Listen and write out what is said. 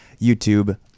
YouTube